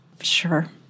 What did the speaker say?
Sure